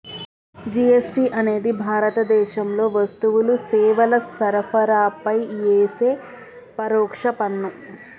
GST అనేది భారతదేశంలో వస్తువులు, సేవల సరఫరాపై యేసే పరోక్ష పన్ను